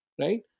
right